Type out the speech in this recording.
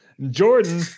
Jordan